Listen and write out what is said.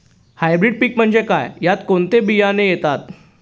Hybrid पीक म्हणजे काय? यात कोणते बियाणे येतात?